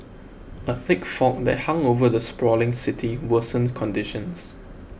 a thick fog that hung over the sprawling city worsened conditions